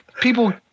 People